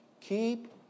Keep